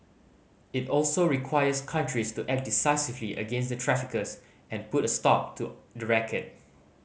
it also requires countries to act decisively against the traffickers and put a stop to the racket